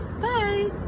Bye